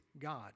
God